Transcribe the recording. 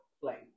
play